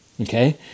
Okay